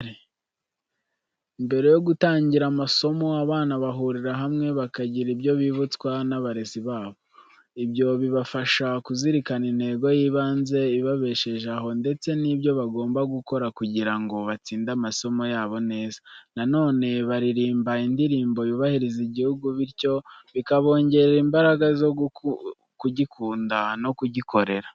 Mbere yo gutangira amasomo, abana bahurira hamwe bakagira ibyo bibutswa n'abarezi babo. Ibyo bibafasha kuzirikana intego y'ibanze ibabesheje aho ndetse n'ibyo bagomba gukora kugira ngo batsinde amasomo yabo neza. Na none baririmba indirimbo y'ubahiriza igihugu, bityo bikabongerera imbaraga zo kugikunda no kugikorera.